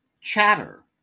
Chatter